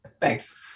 thanks